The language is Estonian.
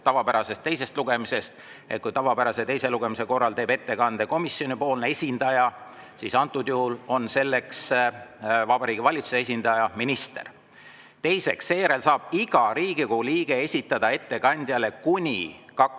tavapärasest teisest lugemisest. Kui tavapärase teise lugemise korral teeb ettekande komisjoni esindaja, siis antud juhul teeb seda Vabariigi Valitsuse esindaja, minister. Teiseks, iga Riigikogu liige saab esitada ettekandjale kuni